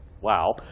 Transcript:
wow